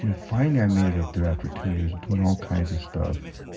and finally i made it up there after two years of doing all kinds of stuff.